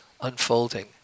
unfolding